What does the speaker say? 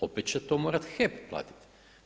Opet će to morati HEP platiti.